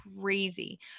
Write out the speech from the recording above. crazy